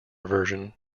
version